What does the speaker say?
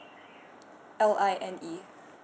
l I n e